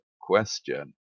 question